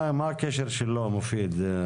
מה הקשר שלו, מופיד?